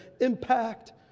impact